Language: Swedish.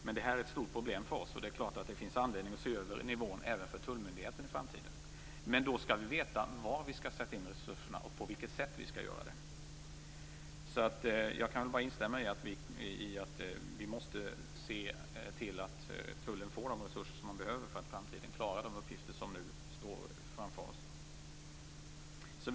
Men det här är ett stort problem för oss, och det är klart att det finns anledning att se över nivån även för tullmyndigheten i framtiden. Men då skall vi veta var vi skall sätta in resurserna och på vilket sätt vi skall göra det. Jag kan bara instämma i att vi måste se till att Tullen får de resurser man behöver för att i framtiden klara de uppgifter som står framför oss.